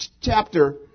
chapter